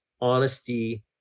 honesty